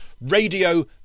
radio